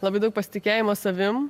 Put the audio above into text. labai daug pasitikėjimo savimi